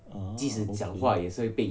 ah